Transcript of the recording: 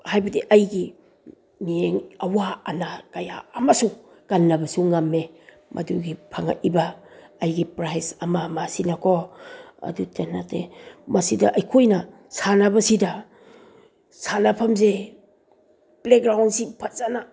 ꯍꯥꯏꯕꯗꯤ ꯑꯩꯒꯤ ꯃꯤꯠꯌꯦꯡ ꯑꯋꯥ ꯑꯅꯥ ꯀꯌꯥ ꯑꯃꯁꯨ ꯀꯟꯅꯕꯁꯨ ꯉꯝꯃꯦ ꯃꯗꯨꯒꯤ ꯐꯪꯂꯛꯂꯤꯕ ꯑꯩꯒꯤ ꯄ꯭ꯔꯥꯏꯖ ꯑꯃ ꯑꯃꯁꯤꯅꯀꯣ ꯑꯗꯨꯗ ꯅꯠꯇꯦ ꯃꯁꯤꯗ ꯑꯩꯈꯣꯏꯅ ꯁꯥꯟꯅꯕꯁꯤꯗ ꯁꯥꯟꯅꯐꯝꯁꯦ ꯄ꯭ꯂꯦꯒ꯭ꯔꯥꯎꯟꯁꯤ ꯐꯖꯅ